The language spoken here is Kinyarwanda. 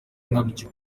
nkabyo